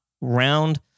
round